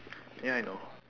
ya I know